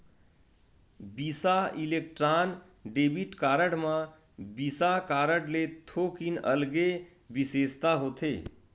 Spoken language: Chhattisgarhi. बिसा इलेक्ट्रॉन डेबिट कारड म बिसा कारड ले थोकिन अलगे बिसेसता होथे